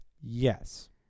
yes